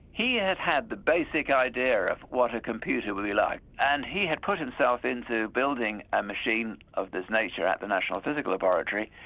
he had had the basic idea of what a computer would be like, and he had put himself into building a machine of this nature at the national physical laboratory,